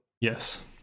yes